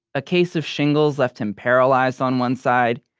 a case of shingles left him paralyzed on one side.